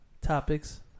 topics